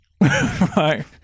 Right